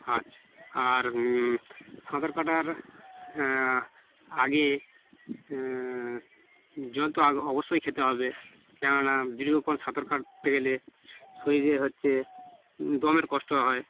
আচ্ছা আর সাঁতার কাটার আগে জল তো আগো অবশ্যই খেতে হবে কেন না দীর্ঘক্ষণ সাঁতার কাটতে গেলে শরীরে হচ্ছে দমের কষ্ট হয়